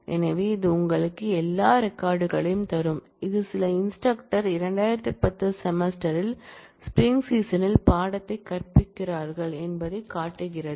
எனவே இது உங்களுக்கு எல்லா ரெக்கார்ட் களையும் தரும் இது சில இன்ஸ்டிரக்டர்கள் 2010 செமஸ்டரில் ஸ்ப்ரிங் சீசனில் பாடத்தை கற்பிக்கிறார்கள் என்பதைக் காட்டுகிறது